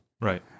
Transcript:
Right